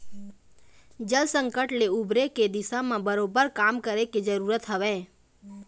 जल संकट ले उबरे के दिशा म बरोबर काम करे के जरुरत हवय